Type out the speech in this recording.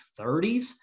30s